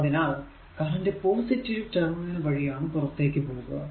അതിനാൽ current positive terminal വഴി ആണ് പുറത്തേക്കു പോകുക